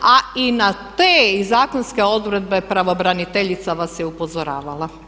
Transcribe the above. A i na te i zakonske odredbe pravobraniteljica vas je upozoravala.